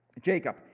Jacob